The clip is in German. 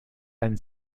ein